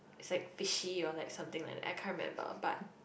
it's like fishy or like something like that I can't remember but